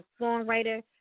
songwriter